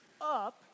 Up